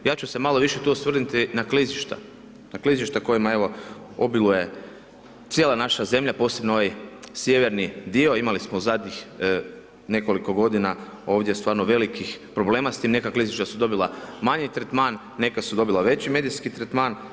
Ja ću se malo više tu osvrnuti na klizišta na kojima evo, obiluje cijela naša zemlja, posebno ovaj sjeverni dio, imali smo u zadnjih nekoliko godina ovdje stvarno velikih problema s tim, neka klizišta su dobila manji tretman, neka su dobila veći medijski tretman.